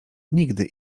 nigdy